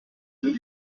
dix